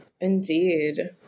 indeed